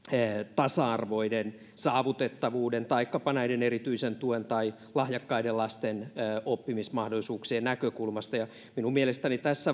tasa arvoinen saavutettavuuden taikka näiden erityisen tuen tai lahjakkaiden lasten oppimismahdollisuuksien näkökulmasta minun mielestäni siinä